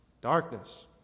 Darkness